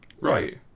right